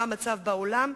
מה המצב בעולם,